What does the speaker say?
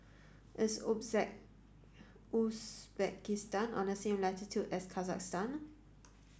is Uzbekistan on the same latitude as Kazakhstan